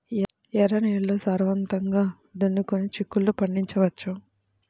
ఎర్ర నేలల్లో సారవంతంగా దున్నుకొని చిక్కుళ్ళు పండించవచ్చు